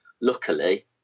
Luckily